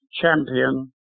champion